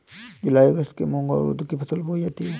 जूलाई अगस्त में मूंग और उर्द की फसल बोई जाती है